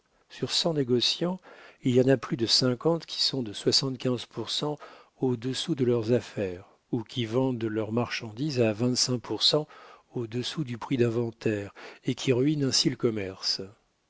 sur cent négociants il y en a plus de cinquante qui sont de soixante-quinze pour cent au-dessous de leurs affaires ou qui vendent leurs marchandises à vingt-cinq pour cent au-dessous du prix d'inventaire et qui ruinent ainsi le commerce